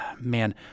man